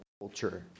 culture